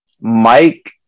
Mike